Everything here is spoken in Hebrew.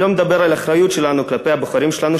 אני לא מדבר על האחריות שלנו כלפי הבוחרים שלנו,